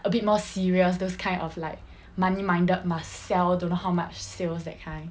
a bit more serious those kind of like money-minded must sell don't know how much sales that kind